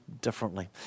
differently